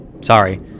sorry